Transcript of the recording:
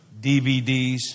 DVDs